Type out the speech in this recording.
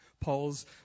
Paul's